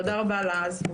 תודה רבה על הזכות.